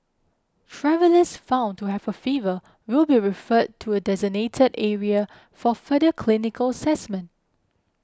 travellers found to have a fever will be referred to a designated area for further clinical assessment